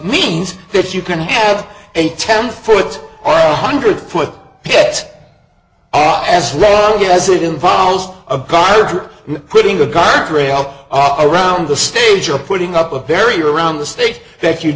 means that you can have a ten foot or a hundred foot pegs as long as it involves a car or putting a guardrail around the stage or putting up a very around the state thank you